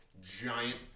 giant